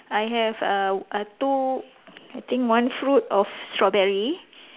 I have uh uh two I think one fruit of strawberry